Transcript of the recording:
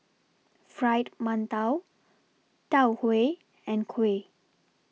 Fried mantou Tau Huay and Kuih